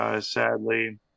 sadly